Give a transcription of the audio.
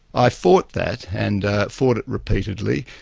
i fought that, and fought it repeatedly,